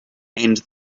and